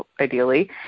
ideally